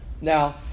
Now